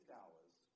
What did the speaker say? hours